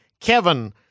Kevin